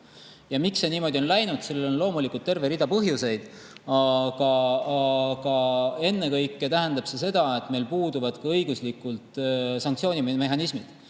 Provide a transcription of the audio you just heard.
see niimoodi on läinud, sellel on loomulikult terve rida põhjuseid. Aga ennekõike tähendab see seda, et meil puuduvad õiguslikud sanktsioonimehhanismid.